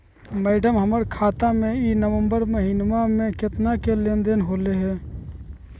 madam, हमर खाता में ई नवंबर महीनमा में केतना के लेन देन होले है